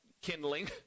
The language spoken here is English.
kindling